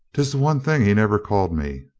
tis the one thing he never called me.